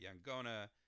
yangona